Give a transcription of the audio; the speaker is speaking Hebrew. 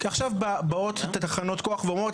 כי עכשיו באות תחנות הכוח ואומרות,